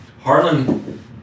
Harlan